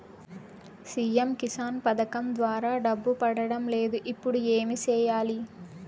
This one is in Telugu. సి.ఎమ్ కిసాన్ పథకం ద్వారా డబ్బు పడడం లేదు ఇప్పుడు ఏమి సేయాలి